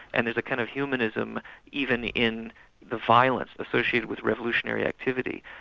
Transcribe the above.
and there's a kind of humanism even in the violence associated with revolutionary activity.